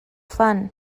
fun